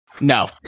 No